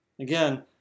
Again